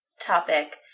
topic